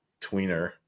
tweener